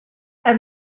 and